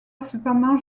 cependant